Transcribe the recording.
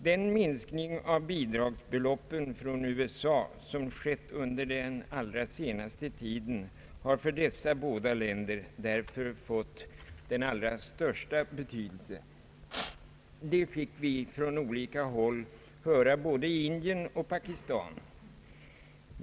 Den minskning av bidragsbeloppen från USA som skett under den allra senaste tiden har för dessa båda länder fått den allra största betydelse. Det fick vi höra från olika håll både i Indien och Pakistan.